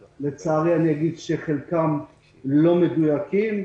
לצערי, חלקם לא מדויקים,